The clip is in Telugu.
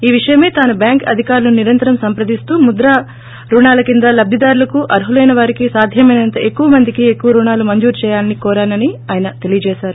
ఈ విషయమై తాను బ్యాంకు అధికారులోను నిరంతరం సంప్రదిస్తూ ముద్ర లోన్స్ క్రింద లబ్లిదారులకు అర్ఖులైన వారికీ సాద్యమైనంత ఎక్కువ మందికి ఎక్కువ రుణాలు మంజురు చేయాలని కోరానని ఆయన తెలియజేశారు